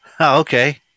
Okay